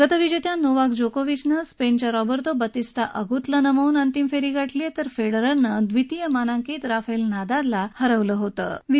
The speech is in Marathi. गतविजेत्या नोवाक जोकोविचनं स्पेनच्या रॉबर्तो बतिस्ता अगुतला नमवून अंतिम फेरी गाठली तर फेडररनं द्वितीय मानांकित राफेल नदालला हरवून अंतिम फेरी गाठली आहे